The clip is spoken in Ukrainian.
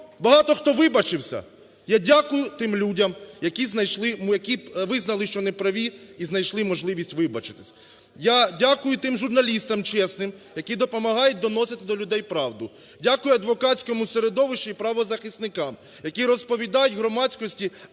багато хто вибачився? Я дякую тим людям, які знайшли… які визнали, що не праві і знайшли можливість вибачитися. Я дякую тим журналістам чесним, які допомагають доносити до людей правду. Дякую адвокатському середовищу і правозахисникам, які розповідають громадськості,